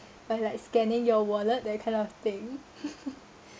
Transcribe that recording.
by like scanning your wallet that kind of thing